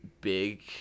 big